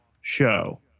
show